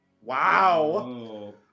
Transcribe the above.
Wow